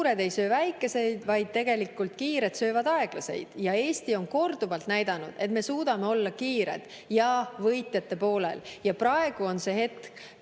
suured ei söö väikeseid, vaid kiired söövad aeglaseid. Eesti on korduvalt näidanud, et me suudame olla kiired ja võitjate poolel. Praegu on see hetk,